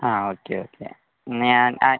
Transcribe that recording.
ആ okay okay എന്നാൽ ഞാൻ